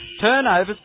Turnovers